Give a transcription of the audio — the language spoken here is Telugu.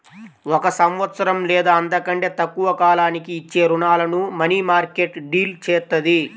ఒక సంవత్సరం లేదా అంతకంటే తక్కువ కాలానికి ఇచ్చే రుణాలను మనీమార్కెట్ డీల్ చేత్తది